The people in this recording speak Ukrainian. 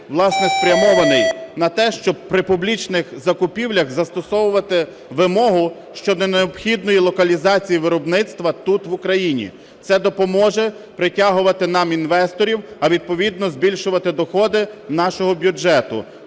власне, спрямований на те, щоб при публічних закупівлях застосовувати вимогу щодо необхідної локалізації виробництва тут, в Україні. Це допоможе притягувати нам інвесторів, а відповідно збільшувати доходи нашого бюджету.